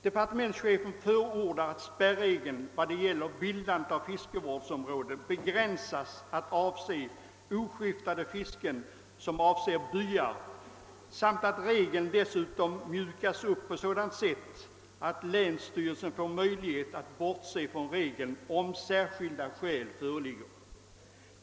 Departementschefen förordar att spärregeln i fråga om bildandet av fiskevårdsområde begränsas att gälla oskiftade fisken, som avser byar, samt att regeln dessutom mjukas upp på sådant sätt att länsstyrelsen får möjlighet att bortse från regeln, om särskilda skäl föreligger.